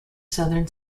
southern